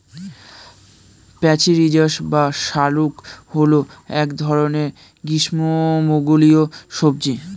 প্যাচিরিজাস বা শাঁকালু হল এক ধরনের গ্রীষ্মমণ্ডলীয় সবজি